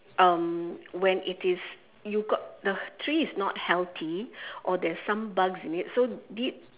um when it is you got the tree is not healthy or there is some bugs in it so we